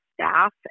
staff